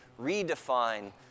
redefine